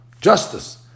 Justice